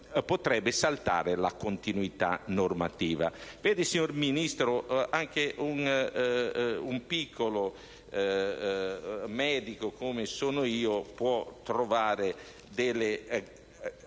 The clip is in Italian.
Vede, signor Ministro, anche un piccolo medico come sono io può individuare delle